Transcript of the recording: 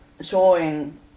showing